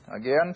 again